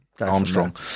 Armstrong